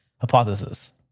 Hypothesis